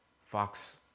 Fox